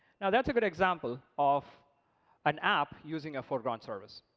now, that's a good example of an app using a foreground service.